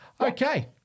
Okay